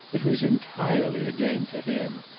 it was entirely a game to him.